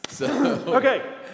Okay